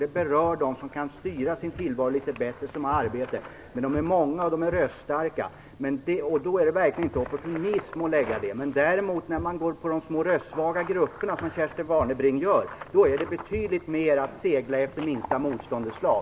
Det berör dem som kan styra sin tillvaro litet bättre och som har arbete. De är många och de är röststarka. Det är verkligen inte opportunism att lägga fram ett sådant förslag. Går man däremot på de små röstsvaga grupperna, som Kerstin Warnerbring gör, är det betydligt mer att segla efter minsta motståndets lag.